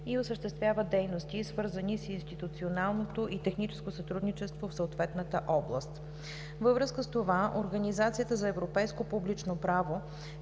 и осъществява дейности, свързани с институционалното и техническо сътрудничество в съответната област. Във връзка с това Организацията за европейско публично право